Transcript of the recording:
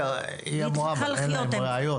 בסדר, היא אמרה, אבל אין להם ראיות.